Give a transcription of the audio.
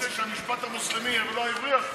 אני חושב שהמשפט המוסלמי אולי ירוויח מזה.